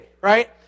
right